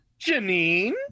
janine